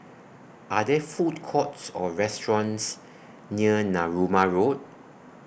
Are There Food Courts Or restaurants near Narooma Road